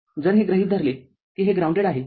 जर हे गृहित धरले की हे ग्रॉउंडेड आहे